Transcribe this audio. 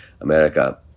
America